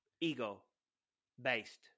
ego-based